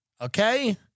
Okay